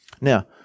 Now